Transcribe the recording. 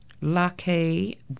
Lucky